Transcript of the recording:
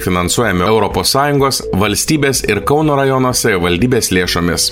finansuojami europos sąjungos valstybės ir kauno rajono savivaldybės lėšomis